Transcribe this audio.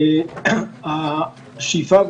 השאיפה,